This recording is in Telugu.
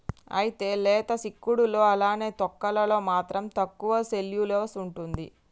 అయితే లేత సిక్కుడులో అలానే తొక్కలలో మాత్రం తక్కువ సెల్యులోస్ ఉంటుంది